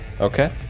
Okay